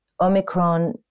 Omicron